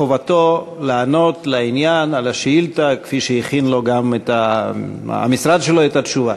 חובתו לענות לעניין על השאילתה כפי שהכין לו המשרד שלו את התשובה.